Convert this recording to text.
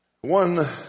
one